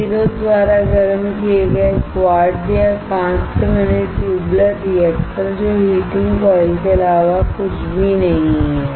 प्रतिरोध द्वारा गर्म किए गए क्वार्ट्ज या कांच से बने ट्यूबलर रिएक्टर जो हीटिंग कॉइल के अलावा कुछ भी नहीं है